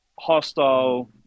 hostile